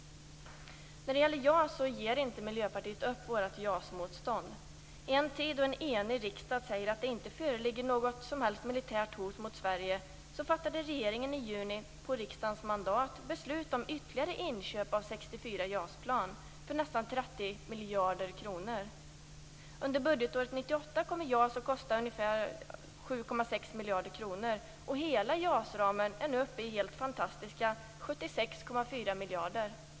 Vi i Miljöpartiet ger inte upp vårt JAS-motstånd. I en tid då en enig riksdag säger att det inte föreligger något som helst militärt hot mot Sverige fattade regeringen i juni, på riksdagens mandat, beslut om ytterligare inköp av 64 JAS-plan för nästan 30 miljarder kronor. Under budgetåret 1998 kommer JAS att kosta ungefär 7,6 miljarder kronor. Hela JAS-ramen är nu uppe i fantastiska 76,4 miljarder kronor.